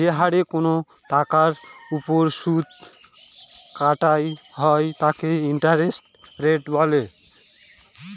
যে হারে কোনো টাকার ওপর সুদ কাটা হয় তাকে ইন্টারেস্ট রেট বলে